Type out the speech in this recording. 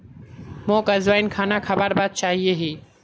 मोक अजवाइन खाना खाबार बाद चाहिए ही